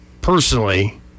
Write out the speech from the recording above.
personally